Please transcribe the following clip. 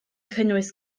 cynnwys